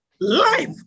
Life